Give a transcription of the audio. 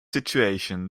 situation